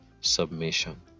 submission